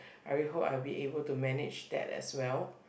I really hope I'll be able to manage that as well